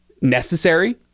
necessary